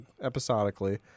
episodically